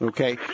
Okay